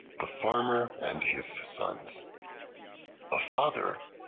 the farmer and his sons a father,